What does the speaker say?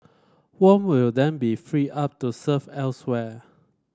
Wong will then be freed up to serve elsewhere